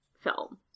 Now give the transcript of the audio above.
film